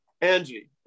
Angie